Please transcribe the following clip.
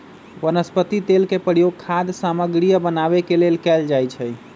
वनस्पति तेल के प्रयोग खाद्य सामगरियो बनावे के लेल कैल जाई छई